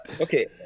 okay